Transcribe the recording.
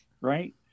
right